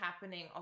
happening